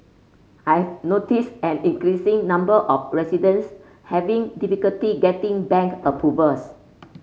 I've noticed an increasing number of residents having difficulty getting bank approvals